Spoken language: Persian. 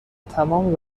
تمام